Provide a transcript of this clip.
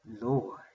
Lord